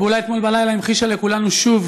הפעולה אתמול בלילה המחישה לכולנו שוב